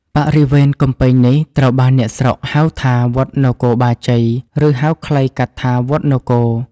បរិវេណកំពែងនេះត្រូវបានអ្នកស្រុកហៅថា វត្តនគរបាជ័យ ឬហៅខ្លីកាត់ថា វត្តនគរៗ ។